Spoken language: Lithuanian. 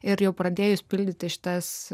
ir jau pradėjus pildyti šitas